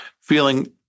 feeling